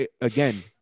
Again